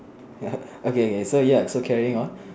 ya okay okay so ya so carrying on